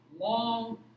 Long